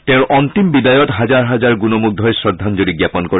তেওঁৰ অন্তিম বিদায়ত হাজাৰ হাজাৰ গুণমুগ্ধই শ্ৰদ্ধাঞ্জলি জ্ঞাপন কৰে